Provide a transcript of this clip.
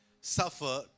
suffer